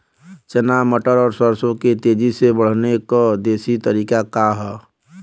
चना मटर और सरसों के तेजी से बढ़ने क देशी तरीका का ह?